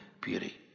beauty